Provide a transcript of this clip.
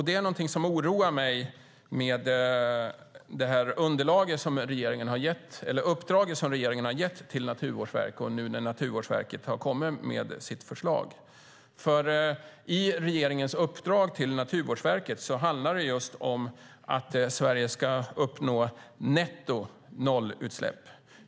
Det är någonting som oroar mig i det uppdrag som regeringen har gett till Naturvårdsverket. Verket har nu kommit med sitt förslag. I regeringens uppdrag till Naturvårdsverket handlar det just om att Sverige ska uppnå netto nollutsläpp.